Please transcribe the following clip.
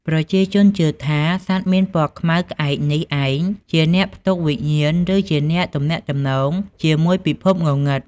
ប្រជាជនជឿថា សត្វមានពណ៌ខ្មៅក្អែកនេះឯង ជាអ្នកផ្ទុកវិញ្ញាណឬជាអ្នកទំនាក់ទំនងជាមួយពិភពងងឹត។